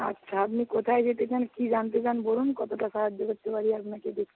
আচ্ছা আপনি কোথায় যেতে চান কি জানতে চান বলুন কতটা সাহায্য করতে পারি আপনাকে দেখি